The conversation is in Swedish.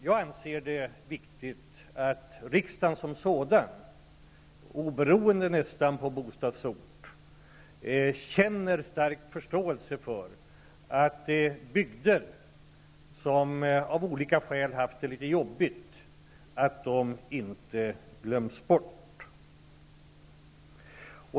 Jag anser det viktigt att riksdagen som sådan, obeoennde av ledamöternas bostadsort, känner stor förståelse för att bygder som av olika skäl haft det jobbigt inte glöms bort.